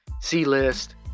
C-list